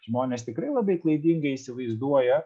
žmonės tikrai labai klaidingai įsivaizduoja